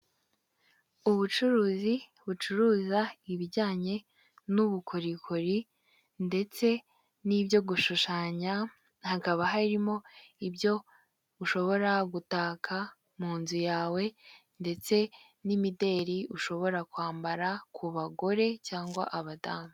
Ubucuruzi bucuruza ibijyanye n'ubukorikori ndetse n'ibyo gushushanya, hakaba harimo ibyo ushobora gutaka mu nzu yawe ndetse n'imideri ushobora kwambara ku bagore cyangwa abadamu.